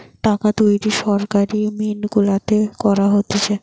টাকা তৈরী সরকারি মিন্ট গুলাতে করা হতিছে